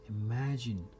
Imagine